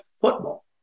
football